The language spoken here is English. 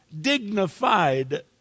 dignified